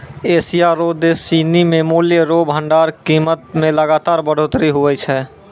Asia रो देश सिनी मे मूल्य रो भंडार के कीमत मे लगातार बढ़ोतरी हुवै छै